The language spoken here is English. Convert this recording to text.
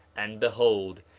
and behold,